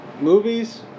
movies